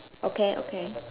okay okay